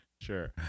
Sure